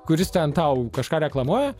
kuris ten tau kažką reklamuoja